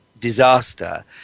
disaster